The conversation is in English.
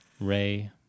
Ray